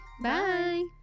Bye